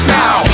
now